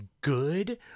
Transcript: good